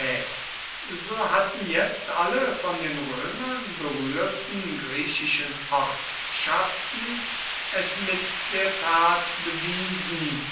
so hatten jetzt alle von den römern berührten griechischen ortschaften es mit der tat bewiesen